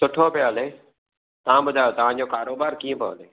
सुठो पियो हले तव्हां ॿुधायो तव्हां जो कारोबार कीअं पियो हले